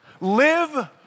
Live